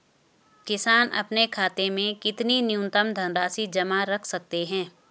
किसान अपने खाते में कितनी न्यूनतम धनराशि जमा रख सकते हैं?